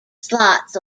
slots